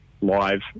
live